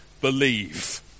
believe